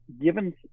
given